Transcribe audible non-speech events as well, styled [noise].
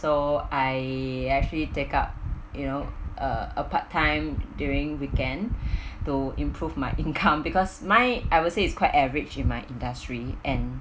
so I actually take up you know uh a part time during weekend [breath] to improve my income [noise] because my I'd say is quite average in my industry and